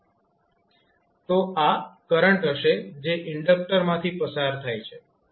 તો આ કરંટ હશે જે ઇન્ડક્ટર માંથી પસાર થાય છે